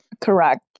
Correct